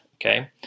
Okay